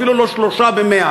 אפילו לא שלושה ב-100,